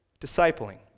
discipling